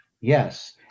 yes